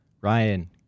Ryan